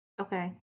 Okay